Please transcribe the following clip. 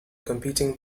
competing